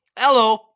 Hello